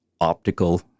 optical